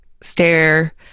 stare